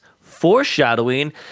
foreshadowing